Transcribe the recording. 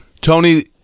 Tony